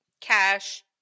cash